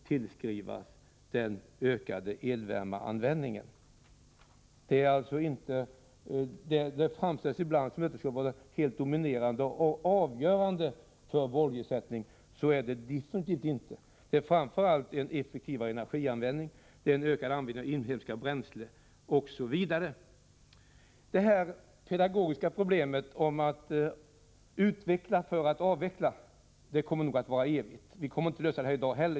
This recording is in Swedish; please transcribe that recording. tillskrivas den ökade användningen av el för uppvärmning. Ibland framställs det hela så, att detta skulle vara det helt dominerande och avgörande när det gäller oljeersättningen. Så är det definitivt inte. Det är framför allt en effektivare energianvändning och en ökad användning av inhemska bränslen osv. som är avgörande i detta sammanhang. Det pedagogiska problemet när det gäller att ”utveckla för att avveckla” kommer nog att vara evigt. Vi kommer inte att lösa det problemet i dag heller.